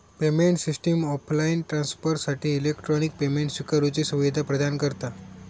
payment system offline ट्रांसफरसाठी electronic payment स्विकारुची सुवीधा प्रदान करता